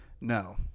No